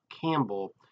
Campbell